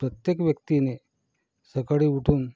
प्रत्येक व्यक्तीने सकाळी उठून